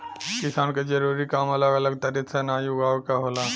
किसान क जरूरी काम अलग अलग तरे से अनाज उगावे क होला